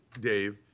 Dave